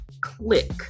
click